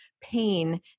pain